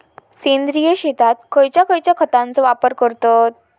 सेंद्रिय शेतात खयच्या खयच्या खतांचो वापर करतत?